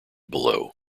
below